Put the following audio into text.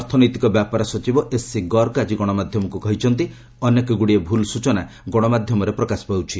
ଅର୍ଥନୈତିକ ବ୍ୟାପାର ସଚିବ ଏସ୍ସି ଗର୍ଗ ଆଜି ଗଣମାଧ୍ୟମକୁ କହିଛନ୍ତି ଅନେକ ଗୁଡ଼ିଏ ଭୁଲ୍ ସୂଚନା ଗଣମାଧ୍ୟମରେ ପ୍ରକାଶ ପାଉଛି